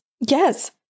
Yes